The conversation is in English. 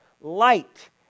Light